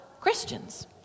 Christians